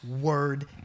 word